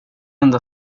enda